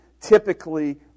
typically